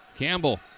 Campbell